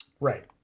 Right